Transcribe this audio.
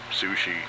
sushi